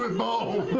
ah beau!